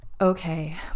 Okay